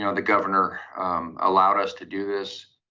you know the governor allowed us to do this.